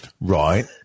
Right